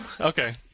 Okay